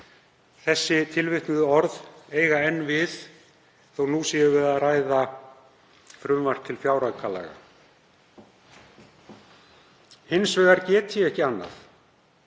Þessi tilvitnuðu orð eiga enn við þó að nú séum við að ræða frumvarp til fjáraukalaga. Hins vegar get ég ekki annað